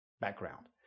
background